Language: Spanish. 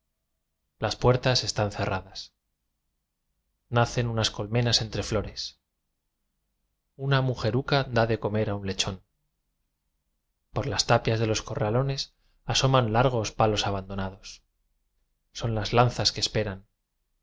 las puertas están cerradas nacen unas colmenas entre flores una mujeruca dá de comer a un lechón por las tapias de los corralones asoman largos palos abandonados son las lanzas que esperan